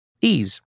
Ease